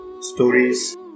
stories